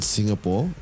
Singapore